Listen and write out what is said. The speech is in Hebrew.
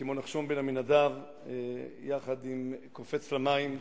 כמו נחשון בן עמינדב, קופץ למים,